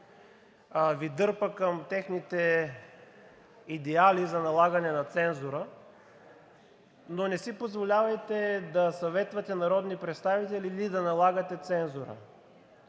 Ви дърпа към техните идеали за налагане на цензура, но не си позволявайте да съветвате народни представители и Вие да налагате цензура.